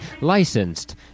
licensed